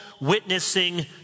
witnessing